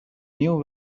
knew